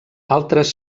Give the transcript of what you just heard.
altres